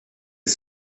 est